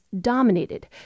dominated